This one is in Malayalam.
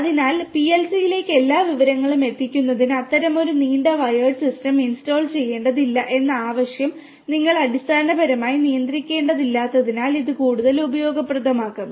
അതിനാൽ പിഎൽസിയിലേക്ക് എല്ലാ വിവരങ്ങളും എത്തിക്കുന്നതിന് അത്തരമൊരു നീണ്ട വയർഡ് സിസ്റ്റം ഇൻസ്റ്റാൾ ചെയ്യേണ്ടതില്ല എന്ന ആവശ്യം നിങ്ങൾ അടിസ്ഥാനപരമായി നിയന്ത്രിക്കേണ്ടതില്ലാത്തതിനാൽ ഇത് കൂടുതൽ ഉപയോഗപ്രദമാകും